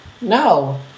No